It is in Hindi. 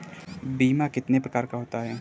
बीमा कितने प्रकार का होता है?